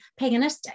paganistic